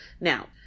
now